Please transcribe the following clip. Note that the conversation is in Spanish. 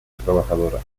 trabajadora